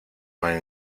van